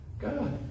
God